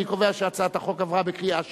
אני קובע שהצעת החוק עברה בקריאה שנייה.